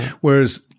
whereas